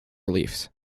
reliefs